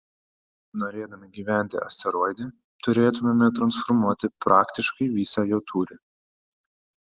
norėdami gyventi asteroide turėtumėme transformuoti praktiškai visą jo tūrį